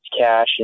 Cash